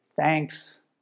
thanks